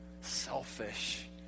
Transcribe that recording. selfish